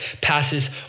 passes